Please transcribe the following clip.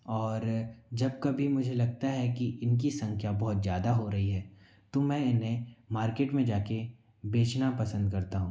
और जब कभी मुझे लगता है कि इनकी संख्या बहुत ज़्यादा हो रही है तो मैं इन्हे मार्केट में जाकर बेचना पसंद करता हूँ